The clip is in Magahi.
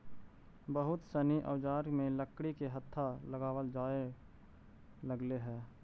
बहुत सनी औजार में लकड़ी के हत्था लगावल जानए लगले हई